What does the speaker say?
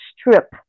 strip